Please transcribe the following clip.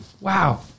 wow